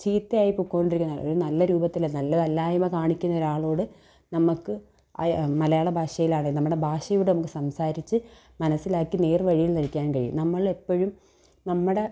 ചീത്തയായി പൊയ്ക്കൊണ്ടിരിക്കുന്നു ഒരു നല്ല രൂപത്തില് നല്ലതല്ലായ്മ കാണിക്കുന്ന ഒരാളോട് നമുക്ക് അയ മലയാള ഭാഷയിലാണ് നമ്മുടെ ഭാഷയോടെ നമുക്ക് സംസാരിച്ച് മനസിലാക്കി നേർവഴിയിൽ നിൽക്കാൻ കഴിയും നമ്മളെപ്പഴും നമ്മുടെ